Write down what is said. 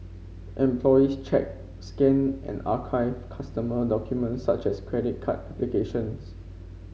employees check scan and archive customer documents such as credit card applications